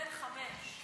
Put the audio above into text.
תן חמש.